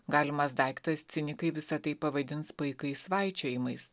galimas daiktas cinikai visa tai pavadins paikais svaičiojimais